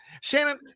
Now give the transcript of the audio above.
Shannon